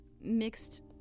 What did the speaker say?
mixed